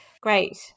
great